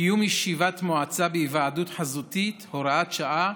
(קיום ישיבת מועצה בהיוועדות חזותית) (הוראת שעה),